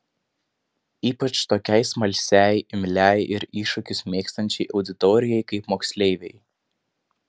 ypač tokiai smalsiai imliai ir iššūkius mėgstančiai auditorijai kaip moksleiviai